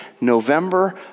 November